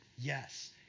Yes